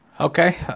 Okay